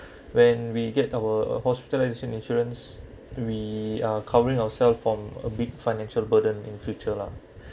when we get our hospitalisation insurance we are covering ourself from a big financial burden in future lah